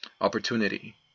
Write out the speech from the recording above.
opportunity